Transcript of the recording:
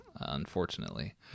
Unfortunately